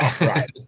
right